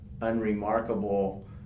unremarkable